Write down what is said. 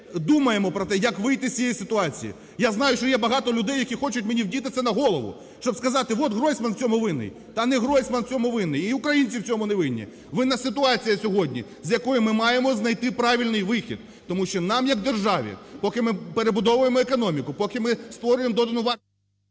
думаємо про те, як вийти з цієї ситуації. Я знаю, що є багато людей, які хочуть мені вдіти це на голову, щоб сказати, от Гройсман в цьому винен. Та не Гройсман в цьому винен і українці в цьому не винні. Винна ситуація сьогодні, з якою ми маємо знайти правильний вихід, тому що нам як державі, поки ми перебудовуємо економіку, поки ми створюємо додану…